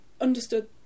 understood